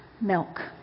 milk